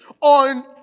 On